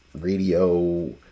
Radio